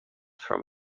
from